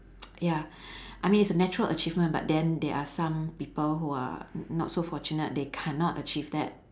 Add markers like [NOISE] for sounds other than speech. [NOISE] ya I mean it's a natural achievement but then there are some people who are not so fortunate they cannot achieve that